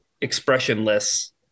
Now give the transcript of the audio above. expressionless